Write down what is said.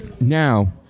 Now